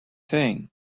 thing